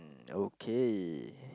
mm okay